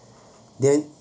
then